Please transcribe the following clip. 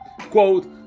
quote